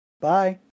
Bye